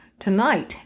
tonight